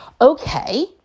Okay